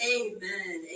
amen